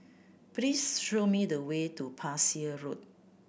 please show me the way to Parsi Road